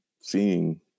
seeing